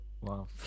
Wow